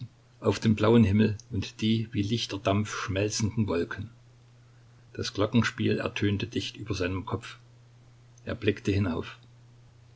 auf den blauen himmel und die wie lichter dampf schmelzenden wolken das glockenspiel ertönte dicht über seinem kopf er blickte hinauf